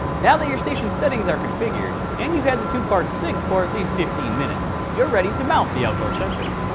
now that your station's settings are configured, and you've had the two parts synced for at least fifteen minutes, you're ready to mount the outdoor sensor.